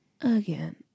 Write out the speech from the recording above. again